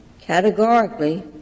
categorically